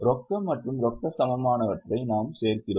ரொக்க மற்றும் ரொக்க சமமானவற்றை நாம் சேர்க்கிறோம்